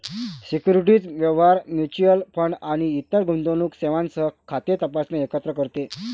securities व्यवहार, mutual fund आणि इतर गुंतवणूक सेवांसह खाते तपासणे एकत्र करते